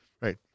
Right